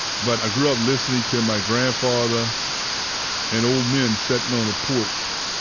but i grew up listening to my grandfather and old men sitting on the porch,